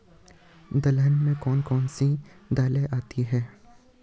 दलहन में कौन कौन सी दालें आती हैं?